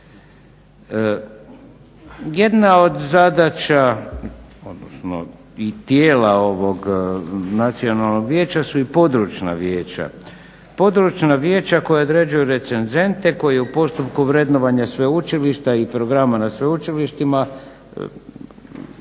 Jedna od zadaća, odnosno i tijela ovog Nacionalnog vijeća su i područna vijeća. Područna vijeća koja određuju recenzente koji u postupku vrednovanja sveučilišta i programa na sveučilištima